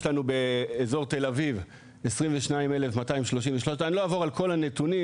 יש לנו באזור תל אביב יש לנו 22,233 אני לא אעבור על כל הנתונים,